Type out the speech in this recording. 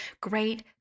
Great